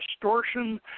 distortion